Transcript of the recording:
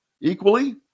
equally